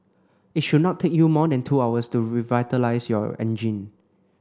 it should not take you more than two hours to revitalise your engine